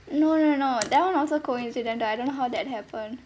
no no no that [one] also coincidence I don't know how that happened